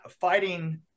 fighting